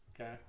Okay